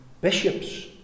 bishops